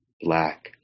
black